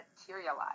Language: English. materialize